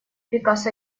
пикассо